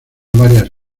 varias